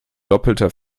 doppelter